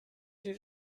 sie